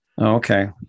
Okay